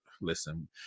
listen